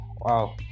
wow